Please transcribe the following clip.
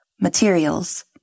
Materials